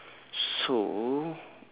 so